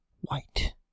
white